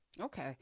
Okay